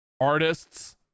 artists